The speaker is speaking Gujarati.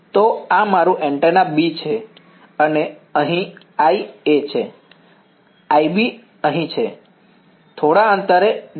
તો આ મારું એન્ટેના B છે અને અહીં IA છે IB અહીં ઠીક છે થોડા અંતરે d